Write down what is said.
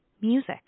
music